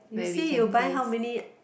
you see you buy how many